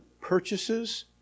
purchases